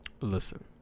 Listen